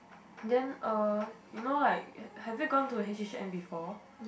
then uh you know like have you gone to H_H_N before